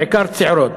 בעיקר צעירות,